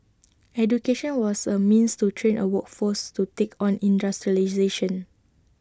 education was A means to train A workforce to take on industrialisation